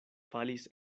falis